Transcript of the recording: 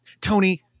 Tony